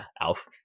Alf